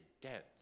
dense